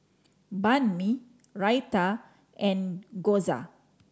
Banh Mi Raita and Gyoza